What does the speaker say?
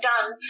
done